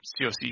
COC